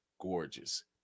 gorgeous